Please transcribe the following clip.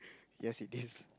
yes it is